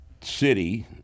city –